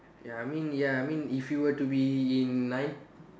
ya I mean ya I mean if you were to be in my